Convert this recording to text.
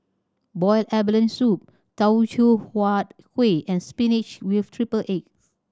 boiled abalone soup Teochew Huat Kueh and spinach with triple egg